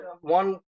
one